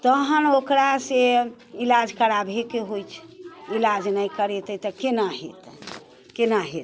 तहन ओकरासँ इलाज कराबहे के होइ छै इलाज नहि करेतै तऽ केना हेतै केना हेतै